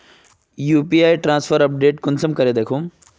UPI transfer update कुंसम करे दखुम?